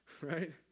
right